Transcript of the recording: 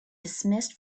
dismissed